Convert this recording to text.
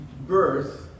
birth